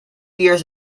years